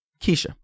Keisha